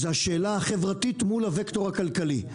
הוא השאלה החברתית מול הווקטור הכלכלי.